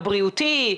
הבריאותי,